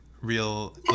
real